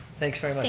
thanks very much